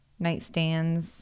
nightstands